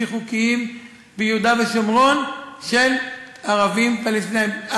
חוקיים של ערבים פלסטינים ביהודה ושומרון.